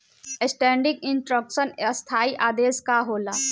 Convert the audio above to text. Standing instruction स्थाई आदेश का होला?